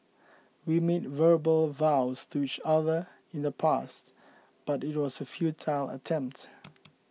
we made verbal vows to each other in the past but it was a futile attempt